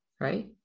right